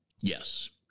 Yes